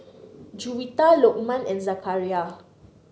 Juwita Lokman and Zakaria